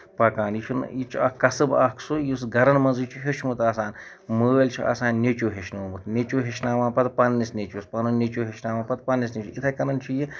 پَکان یہِ چھُنہٕ یہِ چھُ اکھ کَسب اَکہ سُے یُس گرَن منٛزٕے چھُ ہیوٚچھمُت آسان مٲلۍ چھُ آسان نیچُو ہیٚچھنوومُت نیچُو ہیچھناوان پَتہٕ پَنٕنِس نیچوِس پَنُن نیچُو ہیچھناوان پَتہٕ پَنٕنِس نیچوُس یِتھٕے کَنۍ چھُ یہِ